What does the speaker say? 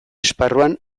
esparruan